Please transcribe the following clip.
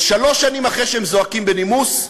אבל שלוש שנים אחרי שהם זועקים בנימוס,